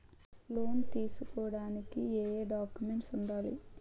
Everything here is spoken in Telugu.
లోన్ తీసుకోడానికి ఏయే డాక్యుమెంట్స్ వుండాలి?